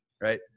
right